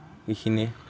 এইখিনিয়ে